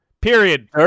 Period